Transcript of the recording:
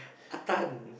Ah-Tan